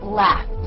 left